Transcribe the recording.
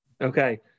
Okay